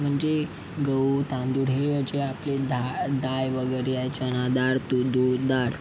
म्हणजे गहू तांदूळ हे जे आपले धा दाळ वगैरे आहे चना दाळ तू तूर दाळ